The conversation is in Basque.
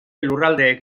lurraldeek